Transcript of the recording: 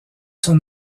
son